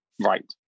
right